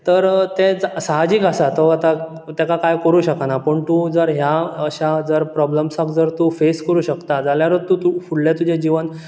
तर तेच सहाजीक आसा तो आतां तेका कांय करूंक शकना पूण तूं जर ह्या अश्या जर प्रोब्लमसाक जर तूं फॅस करूंक शकता जाल्यारूच तूं तूं फुडलें तिजें जिवन